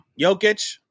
Jokic